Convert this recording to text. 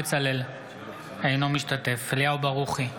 אינו משתתף בהצבעה אליהו ברוכי,